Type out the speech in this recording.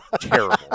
Terrible